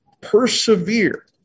persevere